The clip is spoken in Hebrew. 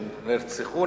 שנרצחו,